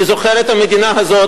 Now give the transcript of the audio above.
אני זוכר את המדינה הזאת,